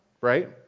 right